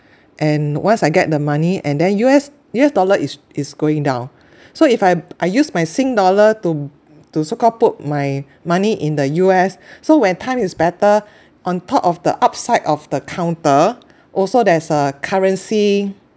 and once I get the money and then U_S U_S dollar is is going down so if I I use my sing dollar to to so called put my money in the U_S so when time is better on top of the upside of the counter also there's a currency